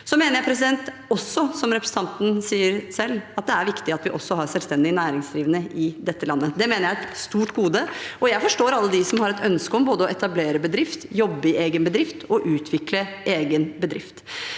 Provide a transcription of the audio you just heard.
Så mener jeg også, som representanten sier selv, at det er viktig at vi har selvstendig næringsdrivende i dette landet. Det mener jeg er et stort gode, og jeg forstår alle dem som har et ønske om å både etablere bedrift, jobbe i egen bedrift og utvikle egen bedrift.